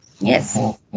Yes